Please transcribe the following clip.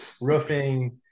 roofing